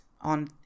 on